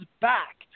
back